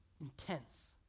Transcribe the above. intense